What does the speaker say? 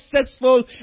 successful